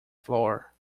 floor